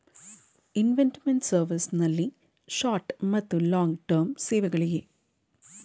investment service ನಲ್ಲಿ short ಮತ್ತು long term ಸೇವೆಗಳಿಗೆ